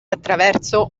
attraverso